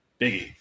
Biggie